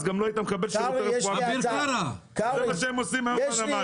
אז גם לא היית מקבל שירותי רפואה --- זה מה שהם עושים היום בנמל.